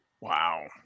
Wow